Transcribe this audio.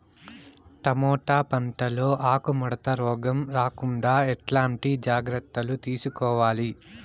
Tomato పంట లో ఆకు ముడత రోగం రాకుండా ఎట్లాంటి జాగ్రత్తలు తీసుకోవాలి?